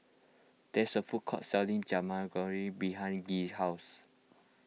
there's a food court selling Jajangmyeon behind Gee's house